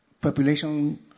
population